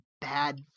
Bad